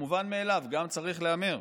המובן מאליו גם צריך להיאמר.